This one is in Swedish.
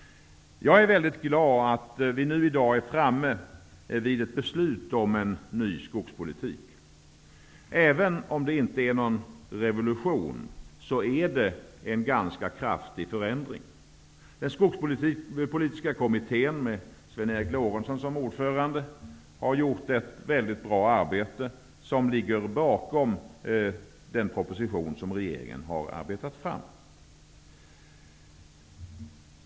Jag är väldigt glad att vi nu är framme vid ett beslut om en ny skogspolitik. Även om detta inte är någon revolution, är det en ganska kraftig förändring. Skogspolitiska kommittén med Sven Eric Lorentzon som ordförande har gjort ett väldigt bra arbete, och detta arbete ligger bakom den proposition som regeringen har arbetat fram.